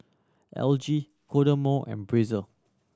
L G Kodomo and Breezer